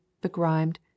begrimed